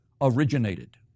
originated